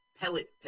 pellet